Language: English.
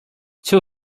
two